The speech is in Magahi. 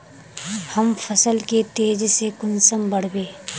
हम फसल के तेज से कुंसम बढ़बे?